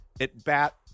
at-bat